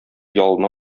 ялына